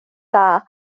dda